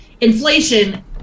Inflation